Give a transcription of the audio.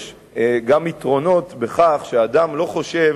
יש גם יתרונות בכך שאדם לא חושב